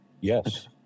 Yes